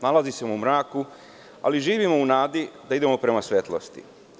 Nalazimo se u mraku, ali živimo u nadi da idemo prema svetlosti.